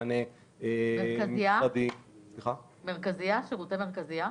מענה משרדי --- שירותי מרכזיה?